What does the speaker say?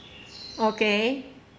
okay